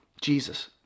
Jesus